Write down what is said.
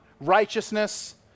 righteousness